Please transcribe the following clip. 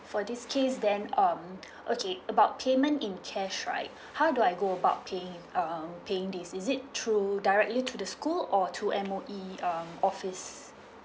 for this case then um okay about payment in cash right how do I go about paying um paying this is it through directly to the school or to M_O_E um office